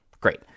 Great